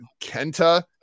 Kenta